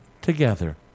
together